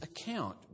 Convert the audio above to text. account